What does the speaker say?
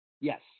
Yes